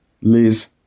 Liz